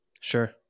Sure